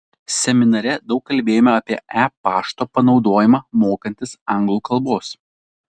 seminare daug kalbėjome apie e pašto panaudojimą mokantis anglų kalbos